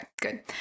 Good